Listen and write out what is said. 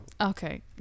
Okay